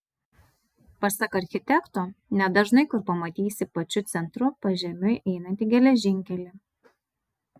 pasak architekto nedažnai kur pamatysi pačiu centru pažemiui einantį geležinkelį